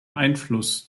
einfluss